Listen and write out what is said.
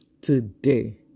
today